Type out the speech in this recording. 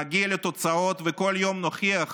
נגיע לתוצאות, וכל יום נוכיח